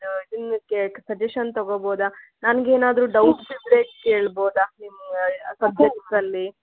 ಇದನ್ನ ಕೇಳ್ಕ ಸಜೆಶನ್ ತಗೊಬೋದ ನನ್ಗ ಏನಾದರೂ ಡೌಟ್ಸ್ ಇದ್ದರೆ ಕೇಳ್ಬೋದಾ ನಿಮ್ಮ ಸಬ್ಜೆಕ್ಟ್ಸ್ ಅಲ್ಲಿ